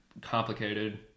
complicated